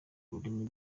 ururimi